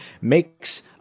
makes –